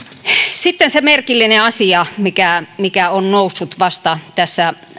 sitten se merkillinen asia mikä mikä on noussut vasta tässä